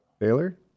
taylor